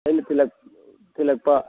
ꯑꯩꯅ ꯊꯤꯜꯂꯛꯄ